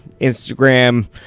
Instagram